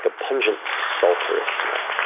ah pungent, sulfurous smell.